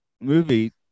movie